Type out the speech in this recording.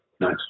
Nice